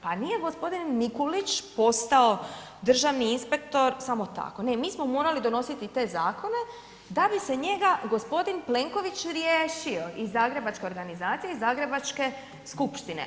Pa nije gospodin Mikulić postao državni inspektor samo tako, ne mi smo morali donositi te zakone da bi se njega gospodin Plenković riješio iz zagrebačke organizacije, iz zagrebačke skupštine.